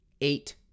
eight